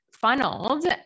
funneled